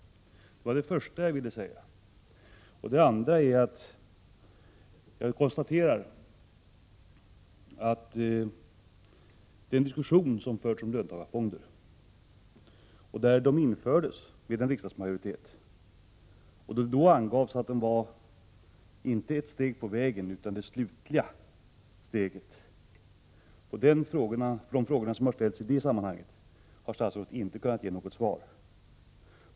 Det var det första jag ville säga. Det andra jag vill säga är följande. Jag konstaterar att i den diskussion som har förts om löntagarfonder och när de infördes med riksdagsmajoritet angavs det att dessa fonder inte var ett steg på vägen utan det slutliga steget. På de frågor som har ställts i det sammanhanget har statsrådet inte kunnat ge något svar.